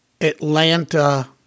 Atlanta